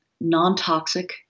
non-toxic